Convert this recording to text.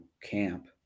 camp